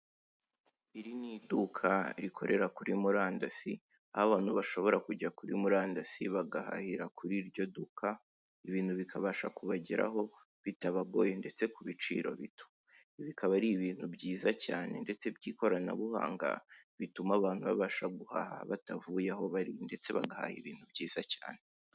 Iri ni iduka rikorera kuri murandasi, aho abantu bashobora kujya kuri murandasi, bagahahira kuri iryo duka, ibintu bikabasha kubageraho bitabagoye ndetse ku giciro gito. Bikaba ari ibintu byiza cyane ndetse by'ikoranabuhanga, bituma abantu babasha guhaha batavuye aho bari, ndetse bagahaha ibintu byiza cyane.